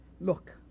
look